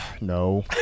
no